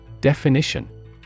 Definition